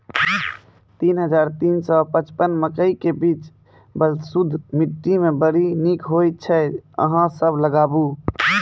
तीन हज़ार तीन सौ पचपन मकई के बीज बलधुस मिट्टी मे बड़ी निक होई छै अहाँ सब लगाबु?